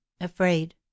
afraid